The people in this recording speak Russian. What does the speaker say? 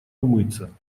умыться